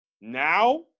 Now